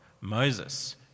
Moses